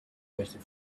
waited